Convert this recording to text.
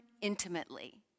intimately